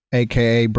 aka